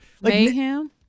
Mayhem